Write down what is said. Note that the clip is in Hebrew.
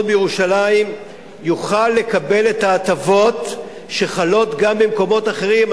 בירושלים יוכל לקבל את ההטבות שחלות גם במקומות אחרים.